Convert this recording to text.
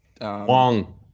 Wong